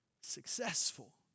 successful